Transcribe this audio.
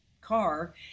car